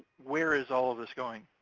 where is all of this going?